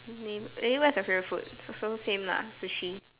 name eh what's your favourite food so same lah sushi